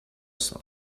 salt